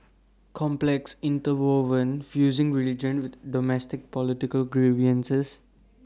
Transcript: complex interwoven fusing religion with domestic political grievances